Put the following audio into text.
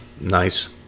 nice